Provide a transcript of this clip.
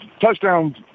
touchdown